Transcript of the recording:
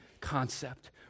concept